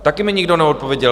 Také mi nikdo neodpověděl.